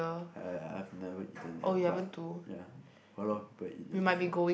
I I I have never eaten that but ya but got a lot people eat that before